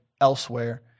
elsewhere